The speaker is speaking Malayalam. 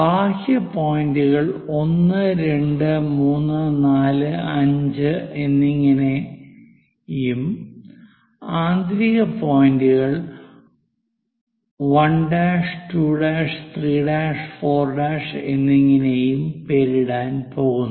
ബാഹ്യ പോയിൻറുകൾക്ക് 1 2 3 4 5 എന്നിങ്ങനെയും ആന്തരിക പോയിൻറുകൾക്ക് 1' 2' 3' 4' എന്നിങ്ങനെയും പേരിടാൻ പോകുന്നു